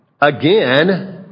again